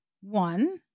One